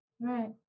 Right